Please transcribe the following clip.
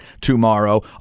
tomorrow